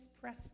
press